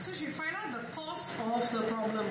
so should find out the cause of the problem